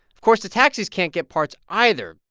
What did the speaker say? course, the taxis can't get parts either,